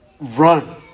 run